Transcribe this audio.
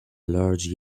large